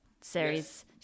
series